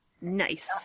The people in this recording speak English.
Nice